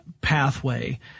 pathway